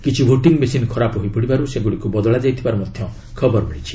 କିଛି voting machine ଖରାପ ହୋଇପଡ଼ିବାରୁ ସେଗୁଡ଼ିକୁ ବଦଳାଯାଇଥିବାର ଖବର ମିଳିଛି